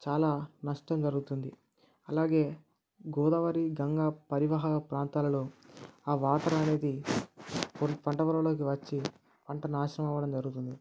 చాలా నష్టం జరుగుతుంది అలాగే గోదావరి గంగా పరివాహక ప్రాంతాలలో ఆ వాటర్ అనేది పంట పోల్లలోకి వచ్చి పంట నాశనం అవ్వడం జరుగుతుంది